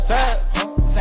Sad